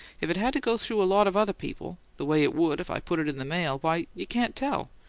if it had to go through a lot of other people, the way it would if i put it in the mail, why, you can't tell.